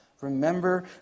Remember